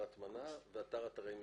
הטמנה ואתר מחזור.